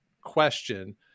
question